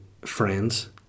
friends